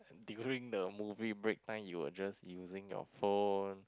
and during the movie break time you'll just using your phone